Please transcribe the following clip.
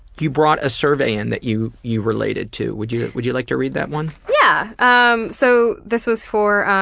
you brought a survey in that you you related to. would you would you like to read that one? yeah um so this this was for